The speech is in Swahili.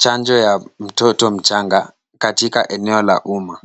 Chanjo ya mtoto mchanga katika eneo la umma.